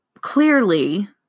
Clearly